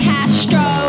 Castro